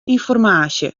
ynformaasje